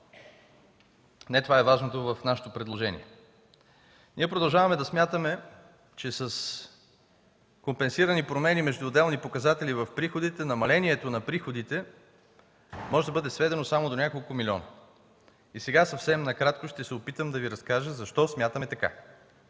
не това е важното в нашето предложение. Ние продължаваме да смятаме, че с компенсирани промени между отделни показатели в приходите, намалението на приходите може да бъде сведено само до няколко милиона. И сега съвсем накратко ще се опитам да Ви разкажа защо смятаме така.